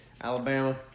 Alabama